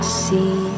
see